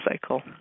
cycle